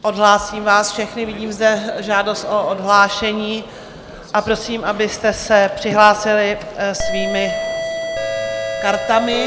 Odhlásím vás všechny, vidím zde žádost o odhlášení, a prosím, abyste se přihlásili svými kartami.